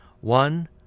One